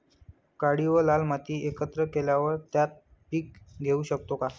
काळी व लाल माती एकत्र केल्यावर त्यात पीक घेऊ शकतो का?